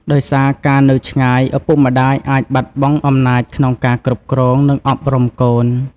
ដោយសារការនៅឆ្ងាយ ឪពុកម្ដាយអាចបាត់បង់អំណាចក្នុងការគ្រប់គ្រង និងអប់រំកូន។